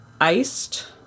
iced